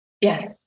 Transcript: Yes